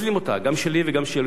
גם שלי וגם של יואל חסון.